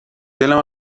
دلم